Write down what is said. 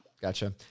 gotcha